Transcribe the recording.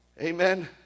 Amen